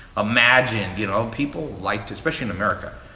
imagine, you know, people like to, especially in america.